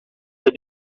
the